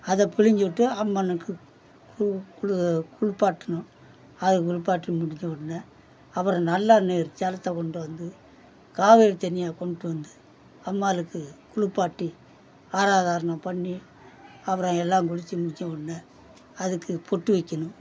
அதை புழிஞ்சி விட்டு அம்மனுக்கு குளு குளிப்பாட்டணும் அதை குளிப்பாட்டி முடித்த உடனே அப்புறம் நல்ல நீர் ஜலத்தை கொண்டு வந்து காவேரி தண்ணியாக கொண்டுட்டு வந்து அம்பாளுக்கு குளுப்பாட்டி ஆராதானம் பண்ணி அப்புறம் எல்லா குளித்து முடித்த உடனே அதுக்கு பொட்டு வைக்கணும்